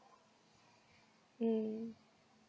mm